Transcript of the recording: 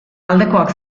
aldekoak